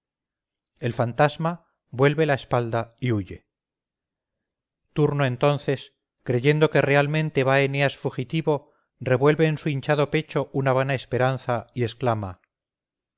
el fantasma vuelve la espalda y huye turno entonces creyendo que realmente va eneas fugitivo revuelve en su hinchado pecho una vana esperanza y exclama